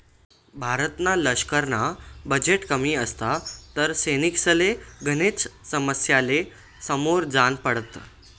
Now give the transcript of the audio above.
भारतना लशकरना बजेट कमी असता तर सैनिकसले गनेकच समस्यासले समोर जान पडत